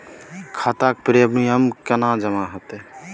बीमा के प्रीमियम केना जमा हेते?